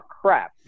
crap